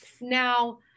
Now